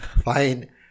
Fine